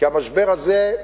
כי המשבר הזה,